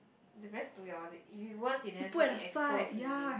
they very stupid orh they if you once you never zip you expose already